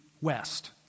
west